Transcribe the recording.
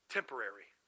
Temporary